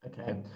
okay